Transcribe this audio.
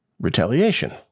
retaliation